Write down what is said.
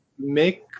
make